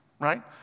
right